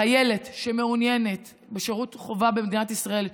חיילת שמעוניינת בשירות חובה במדינת ישראל,